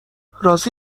راضی